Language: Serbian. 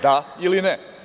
Da ili ne?